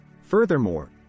Furthermore